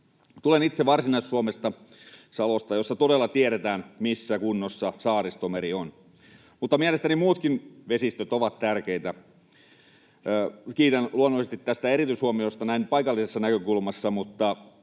Tulen itse Varsinais-Suomesta, Salosta, jossa todella tiedetään, missä kunnossa Saaristomeri on, mutta mielestäni muutkin vesistöt ovat tärkeitä. Kiitän luonnollisesti tästä erityishuomiosta näin paikallisesta näkökulmasta, mutta